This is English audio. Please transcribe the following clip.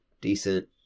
decent